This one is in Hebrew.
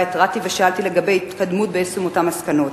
והתרעתי ושאלתי על ההתקדמות ביישום אותן מסקנות.